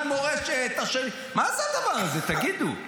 אחד מורשת, השני, מה זה הדבר הזה, תגידו?